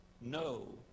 no